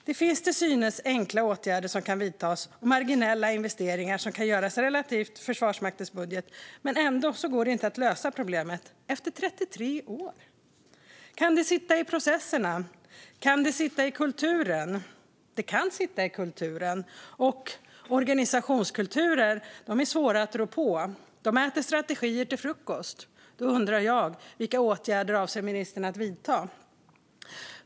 Det finns till synes enkla åtgärder som kan vidtas och marginella investeringar som kan göras relativt Försvarsmaktens budget, men ändå går det inte att lösa problemet - efter 33 år. Kan det sitta i processerna? Kan det sitta i kulturen? Det kan sitta i kulturen. Organisationskulturer är svåra att rå på; de äter strategier till frukost. Jag undrar: Vilka åtgärder avser ministern att vidta?